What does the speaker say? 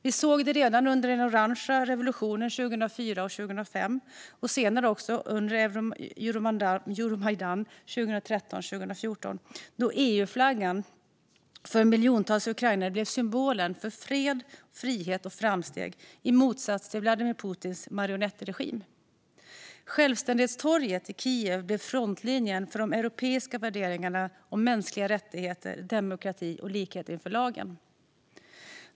Vi såg det redan under den orangea revolutionen 2004 och 2005 och senare under Euromajdan 2013 och 2014, då EU-flaggan för miljontals ukrainare blev symbolen för fred, frihet och framsteg i motsats till Vladimir Putins marionettregim. Självständighetstorget i Kiev blev frontlinjen för de europeiska värderingarna om mänskliga rättigheter, demokrati och likhet inför lagen.